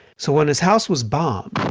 so when his house was bombed,